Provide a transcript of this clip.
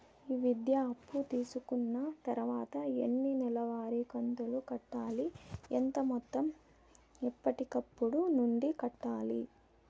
ఈ విద్యా అప్పు తీసుకున్న తర్వాత ఎన్ని నెలవారి కంతులు కట్టాలి? ఎంత మొత్తం ఎప్పటికప్పుడు నుండి కట్టాలి?